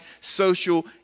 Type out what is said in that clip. social